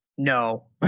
No